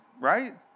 right